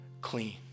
clean